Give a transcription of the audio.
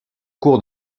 cours